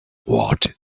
what